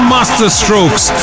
Masterstrokes